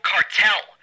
Cartel